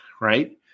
Right